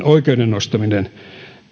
oikeuden nostaminen